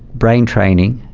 brain training,